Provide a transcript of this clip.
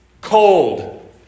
cold